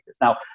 Now